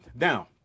Now